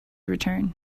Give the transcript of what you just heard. return